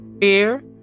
fear